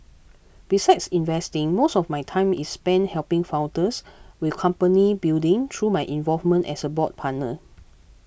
besides investing most of my time is spent helping founders with company building through my involvement as a board partner